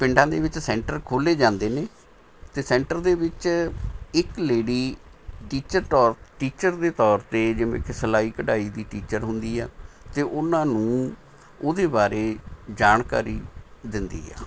ਪਿੰਡਾਂ ਦੇ ਵਿੱਚ ਸੈਂਟਰ ਖੋਲ੍ਹੇ ਜਾਂਦੇ ਨੇ ਅਤੇ ਸੈਂਟਰ ਦੇ ਵਿੱਚ ਇੱਕ ਲੇਡੀ ਟੀਚਰ ਟੋਰ ਟੀਚਰ ਦੇ ਤੌਰ 'ਤੇ ਜਿਵੇਂ ਕਿ ਸਿਲਾਈ ਕਢਾਈ ਦੀ ਟੀਚਰ ਹੁੰਦੀ ਹੈ ਅਤੇ ਉਹਨਾਂ ਨੂੰ ਉਹਦੇ ਬਾਰੇ ਜਾਣਕਾਰੀ ਦਿੰਦੀ ਆ